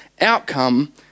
outcome